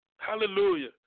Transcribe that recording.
Hallelujah